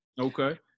Okay